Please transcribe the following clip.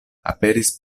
aperis